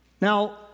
Now